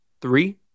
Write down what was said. Three